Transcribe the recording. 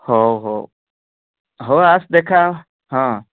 ହଉ ହଉ ହଉ ଆସ ଦେଖାହେବା ହଁ